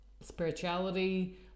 spirituality